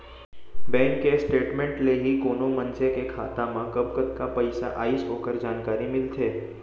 bank के statement ले ही कोनो मनसे के खाता मा कब कतका पइसा आइस ओकर जानकारी मिलथे